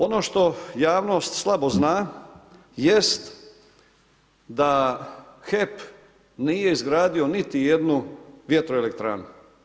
Ono što javnost slabo zna jest da HEP nije izgradio niti jednu vjetroelektranu.